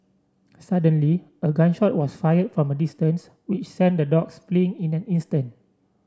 suddenly a gun shot was fired from a distance which sent the dogs fleeing in an instant